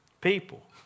people